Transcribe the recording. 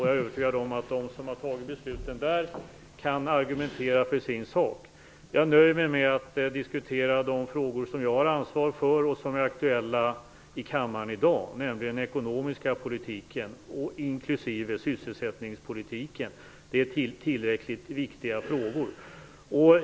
Jag är övertygad om att de som har fattat besluten där kan argumentera för sin sak. Jag nöjer mig med att diskutera de frågor som jag har ansvar för och som är aktuella i kammaren i dag, nämligen den ekonomiska politiken inklusive sysselsättningspolitiken. Det är tillräckligt viktiga frågor.